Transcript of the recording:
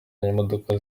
imodoka